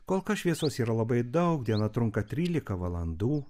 kol kas šviesos yra labai daug diena trunka trylika valandų